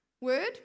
word